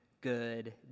good